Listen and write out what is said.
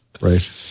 Right